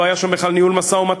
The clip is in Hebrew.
לא היה שם בכלל ניהול משא-ומתן.